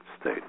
state